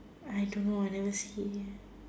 I don't know I never see